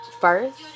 first